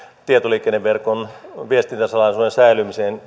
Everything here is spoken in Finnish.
tietoliikenneverkon viestintäsalaisuuden säilymiseen